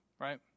right